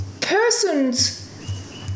person's